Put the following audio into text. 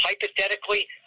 Hypothetically